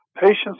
Patients